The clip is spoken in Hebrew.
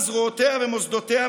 על זרועותיה ומוסדותיה,